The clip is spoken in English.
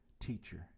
teacher